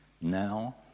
now